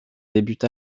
débute